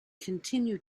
continue